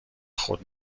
خود